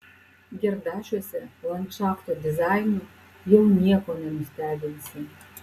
gerdašiuose landšafto dizainu jau nieko nenustebinsi